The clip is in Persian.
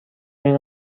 این